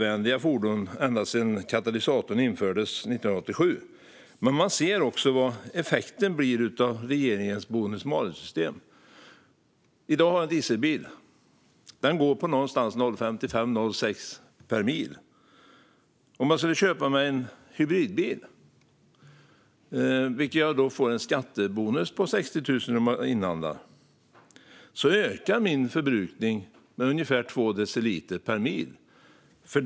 Ända sedan katalysatorn infördes 1987 har jag kört miljövänliga fordon. Men nu ser vi effekten av regeringens bonus-malus-system. I dag har jag en dieselbil. Den drar någonstans runt 0,55-0,60 per mil. Om jag skulle köpa mig en hybridbil, för vilken jag får en skattebonus på 60 000 när jag inhandlar den, ökar min förbrukning med ungefär 2 deciliter per mil.